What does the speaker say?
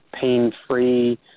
pain-free